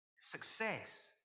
success